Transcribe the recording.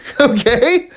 Okay